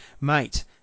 Mate